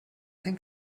hängt